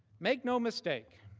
make no mistake.